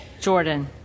Jordan